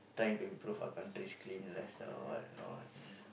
trying to improve our country's clean less or what